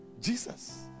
Jesus